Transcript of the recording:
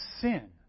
sin